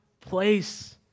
place